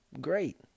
Great